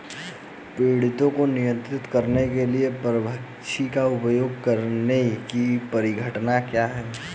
पीड़कों को नियंत्रित करने के लिए परभक्षी का उपयोग करने की परिघटना क्या है?